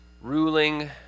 ruling